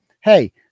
Hey